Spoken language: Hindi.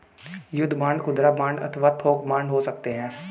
युद्ध बांड खुदरा बांड अथवा थोक बांड हो सकते हैं